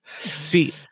See